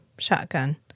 shotgun